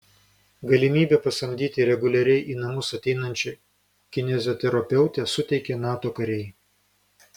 galimybę pasamdyti reguliariai į namus ateinančią kineziterapeutę suteikė nato kariai